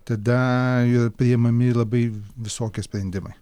tada ir priimami labai v visokie sprendimai